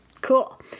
cool